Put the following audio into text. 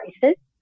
prices